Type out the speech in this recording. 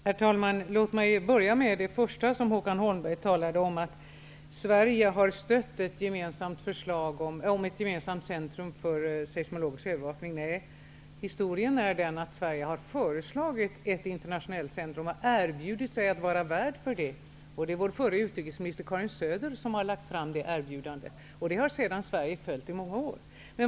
Herr talman! Låt mig börja med det första som Håkan Holmberg talade om, nämligen att Sverige har stött ett förslag om ett gemensamt centrum för seismologisk övervakning. Faktum är att Sverige har föreslagit ett internationellt centrum och erbjudit sig att vara värd för det. Det är vår förre utrikesminister Karin Söder som har lagt fram det erbjudandet, och det har sedan Sverige följt i många år.